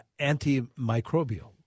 antimicrobial